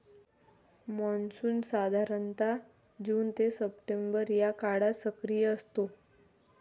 monsoon साधारणतः जून ते सप्टेंबर या काळात सक्रिय असतो